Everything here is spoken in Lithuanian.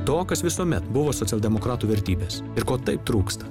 to kas visuomet buvo socialdemokratų vertybės ir ko taip trūksta